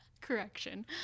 correction